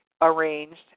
arranged